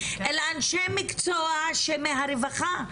אלא אנשי מקצוע שמהרווחה,